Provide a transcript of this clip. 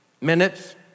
minutes